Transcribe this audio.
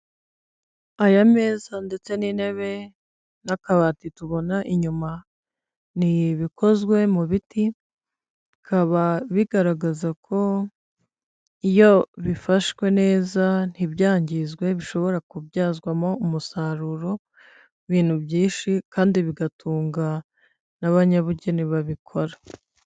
Aya meza ndetse n'intebe n'akabati tubona inyuma, ni ibikozwe mu biti, bikaba bigaragaza ko iyo bifashwe neza ntibyangizwe, bishobora kubyazwamo umusaruro w'ibintu byinshi kandi bigatunga n'abanyabugeni babikora.